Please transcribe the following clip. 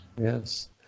Yes